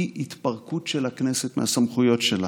כי התפרקות של הכנסת מהסמכויות שלה,